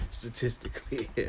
Statistically